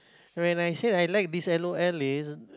when I say I like this L_O_L is